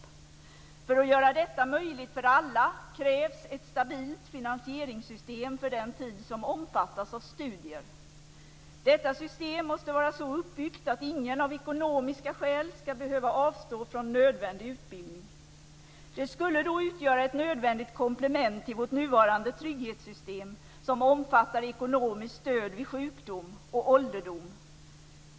För att göra detta möjligt för alla krävs ett stabilt finansieringssystem för den tid som omfattas av studier. Detta system måste vara så uppbyggt att ingen av ekonomiska skäl skall behöva avstå från nödvändig utbildning. Det skulle då utgöra ett nödvändigt komplement till vårt nuvarande trygghetssystem som omfattar ekonomiskt stöd vid sjukdom och ålderdom.